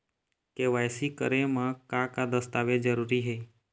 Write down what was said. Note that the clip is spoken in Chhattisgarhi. के.वाई.सी करे म का का दस्तावेज जरूरी हे?